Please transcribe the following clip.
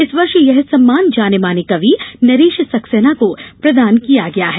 इस वर्ष यह सम्मान जाने माने कवि नरेश सक्सेना को प्रदान किया गया है